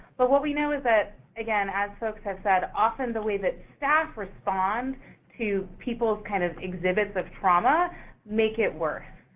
but what we know is that, again, as folks have said, often the way that staff respond to people's, kind of, exhibits of trauma make it worse.